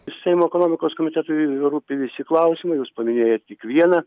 seimo ekonomikos komitetui rūpi visi klausimai jūs paminėjote tik vieną